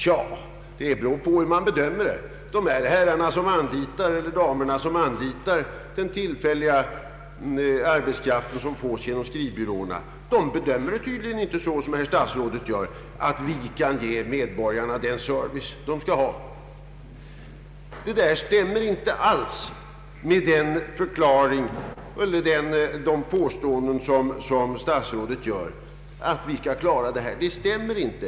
Men det beror på hur man bedömer detta. De herrar och damer som anlitar den tillfälliga arbetskraft man kan få genom skrivbyråer bedömer inte saken så som statsrådet, att statsmakterna kan ge erforderlig service. Statsrådets påstående att samhället kan klara denna förmedlingsverksamhet stämmer inte.